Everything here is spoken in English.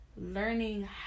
learning